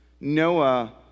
Noah